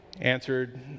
answered